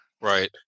Right